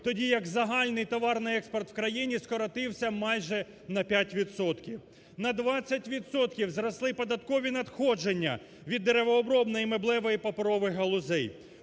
тоді як загальний товарний експорт в країні скоротився майже на 5 відсотків. На 20 відсотків зросли податкові надходження від деревообробної, меблевої, паперової галузей.